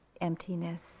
emptiness